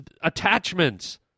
attachments